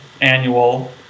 annual